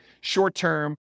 short-term